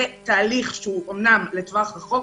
זה תהליך שאומנם הוא לטווח רחוק,